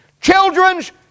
Children's